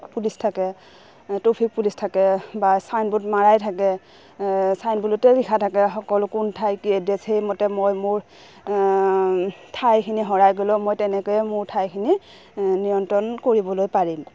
police থাকে traffic police থাকে বা চাইনবোৰ্ড মাৰাই থাকে চাইনবোৰ্ডতে লিখা থাকে সকলো কোন ঠাই কি এড্ৰেছ সেইমতে মই মোৰ ঠাইখিনি হেৰাই গ'লেও মই তেনেকৈয়ে মোৰ ঠাইখিনি নিয়ন্ত্ৰণ কৰিবলৈ পাৰিম